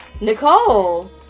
nicole